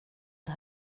det